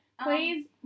Please